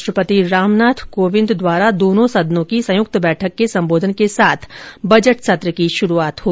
राष्ट्रपति रामनाथ कोविंद द्वारा दोनों सदनों की संयुक्त बैठक के सम्बोधन के साथ बजट सत्र की शुरूआत होगी